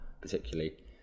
particularly